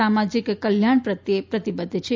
સામાજીક કલ્યાણ પ્રત્યે પ્રતિબધ્ધ છે